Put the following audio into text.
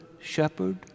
Shepherd